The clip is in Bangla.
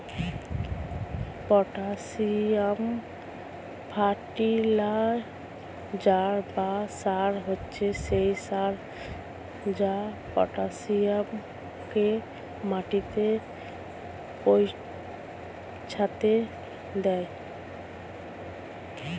পটাসিয়াম ফার্টিলাইজার বা সার হচ্ছে সেই সার যা পটাসিয়ামকে মাটিতে পৌঁছাতে দেয়